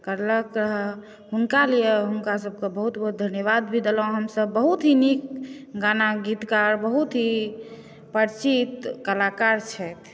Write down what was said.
करलक रहै हुनका लिए हुनका सबके बहुत बहुत धन्यवाद भी देलहुँ हमसब बहुत ही नीक गाना गीतकार बहुत ही परिचित कलाकार छथि